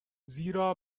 زیرا